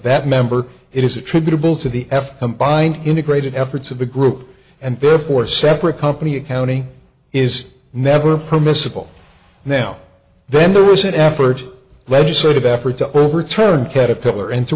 that member it is attributable to the f combined integrated efforts of a group and therefore separate company a county is never permissible now then there was an effort legislative effort to overturn caterpillar